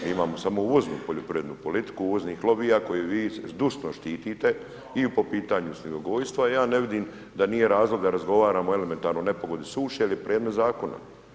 Imamo samo uvoznu poljoprivrednu politiku, uvoznih lobija koju vi zdušno štitite i po pitanju svinjogojstva ja ne vidim da nije razlog da razgovaramo o elementarnoj nepogodi suši jer je predmet zakona.